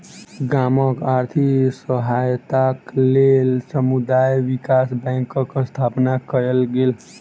गामक आर्थिक सहायताक लेल समुदाय विकास बैंकक स्थापना कयल गेल